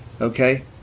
Okay